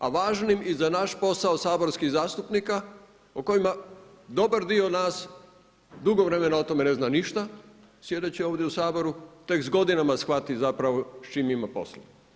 A važnim i za naš posao saborskih zastupnika o kojima dobar dio nas dugo vremena o tome ne zna ništa sjedeći ovdje u Saboru, tek s godinama shvati zapravo s čim ima posla.